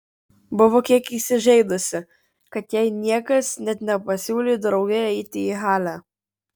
buvo kiek įsižeidusi kad jai niekas net nepasiūlė drauge eiti į halę